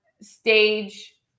stage